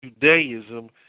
Judaism